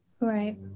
Right